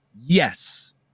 Yes